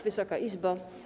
Wysoka Izbo!